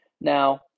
Now